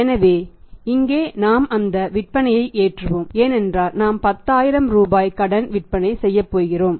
எனவே இங்கே நாம் அந்த விற்பனையை ஏற்றுவோம் ஏனென்றால் நாம் 10000 ரூபாய் கடன் விற்பனை செய்யப்போகிறோம்